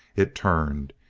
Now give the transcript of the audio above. it turned.